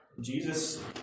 Jesus